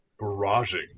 barraging